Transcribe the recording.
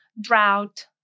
drought